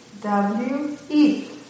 w-e